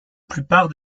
plupart